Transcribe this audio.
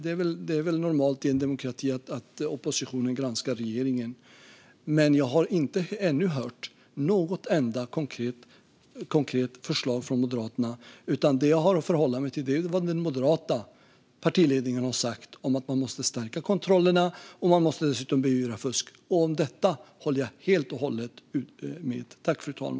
Det är väl normalt i en demokrati att oppositionen granskar regeringen. Men jag har ännu inte hört ett enda konkret förslag från Moderaterna. Det jag har att förhålla mig till är vad den moderata partiledningen har sagt om att man måste stärka kontrollerna och dessutom beivra fusk. Detta håller jag helt och hållet med om.